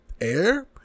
air